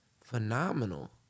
phenomenal